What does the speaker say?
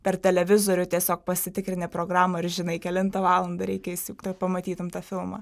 per televizorių tiesiog pasitikrini programą ir žinai kelintą valandą reikia įsijungt kad pamatytum tą filmą